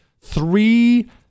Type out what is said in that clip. Three